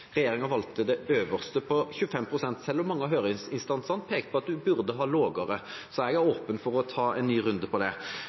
valgte den øverste på 25 pst., selv om mange av høringsinstansene pekte på at en burde sette satsen lavere. Så jeg er åpen for å